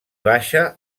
baixa